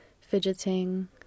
fidgeting